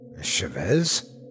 Chavez